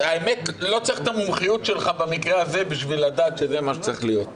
לא צריך את המומחיות שלך במקרה הזה בשביל לדעת שזה מה שצריך להיות.